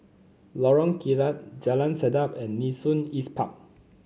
Lorong Kilat Jalan Sedap and Nee Soon East Park